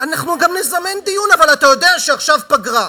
אנחנו גם נזמן דיון, אבל אתה יודע שעכשיו פגרה.